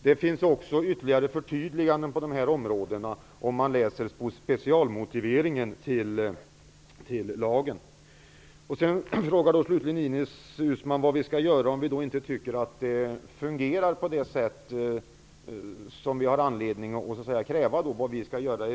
Det finns ytterligare förtydliganden på dessa områden i specialmotiveringen till lagen. Ines Uusmann frågar också vad vi i riksdagen skall göra om vi inte tycker att verksamheten fungerar på det sätt som vi har anledning att kräva.